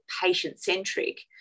patient-centric